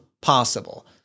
possible